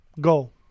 Go